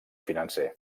financer